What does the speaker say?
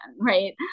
right